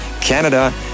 Canada